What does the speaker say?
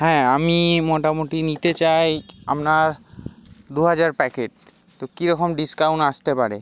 হ্যাঁ আমি মোটামুটি নিতে চাই আপনার দু হাজার প্যাকেট তো কীরকম ডিসকাউন্ট আসতে পারে